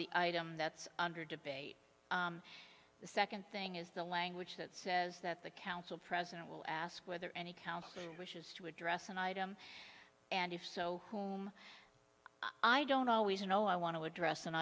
the item that's under debate the second thing is the language that says that the council president will ask whether any council wishes to address an item and if so whom i don't always know i want to address an